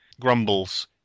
grumbles